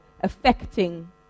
affecting